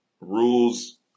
rules